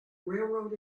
railroad